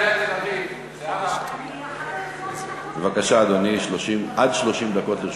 בבקשה, אדוני, עד 30 דקות לרשותך.